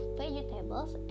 vegetables